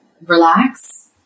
relax